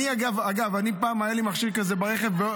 אגב, פעם היה לי מכשיר כזה ברכב.